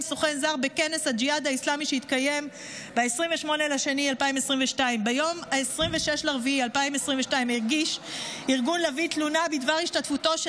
סוכן זר בכנס הג'יהאד האסלאמי שהתקיים ביום 28 בפברואר 2022. ביום 26 באפריל 2022 הגיש ארגון לביא תלונה בדבר השתתפותו של